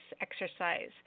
exercise